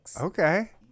Okay